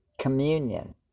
communion